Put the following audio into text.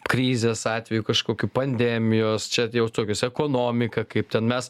krizės atveju kažkokiu pandemijos čia jau tokius ekonomika kaip ten mes